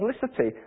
publicity